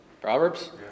Proverbs